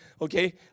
okay